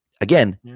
again